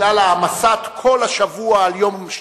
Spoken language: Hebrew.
בגלל העמסת כל השבוע על יום רביעי.